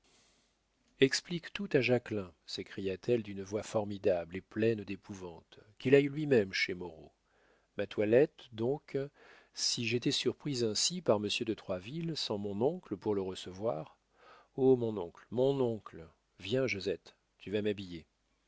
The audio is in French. explique tout à jacquelin s'écria-t-elle d'une voix formidable et pleine d'épouvante qu'il aille lui-même chez moreau ma toilette donc si j'étais surprise ainsi par monsieur de troisville sans mon oncle pour le recevoir oh mon oncle mon oncle viens josette tu vas m'habiller